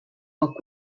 poc